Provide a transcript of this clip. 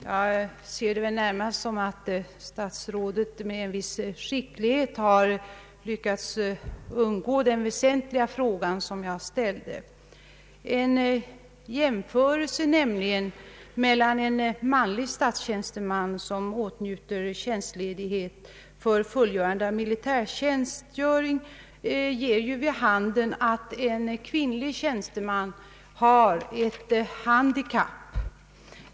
Jag ser det närmast så att statsrådet med en viss skicklighet har lyckats undgå den väsentliga fråga som jag ställde. En jämförelse med en manlig statstjänsteman, som åtnjuter tjänstledighet för fullgörande av militärtjänst, visar nämligen att en kvinnlig tjänsteman har ett handikapp.